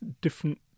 different